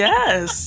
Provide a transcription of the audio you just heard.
Yes